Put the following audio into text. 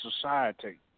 society